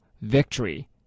victory